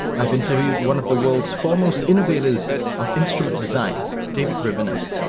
i've interviewed one of the world's foremost innovators of instrument design david rivinus,